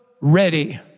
ready